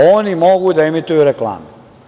Oni mogu da emituju reklame.